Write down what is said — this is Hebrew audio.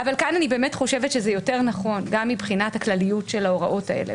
כאן אני באמת חושבת שזה יותר נכון גם מבחינת הכלליות של ההוראות האלה,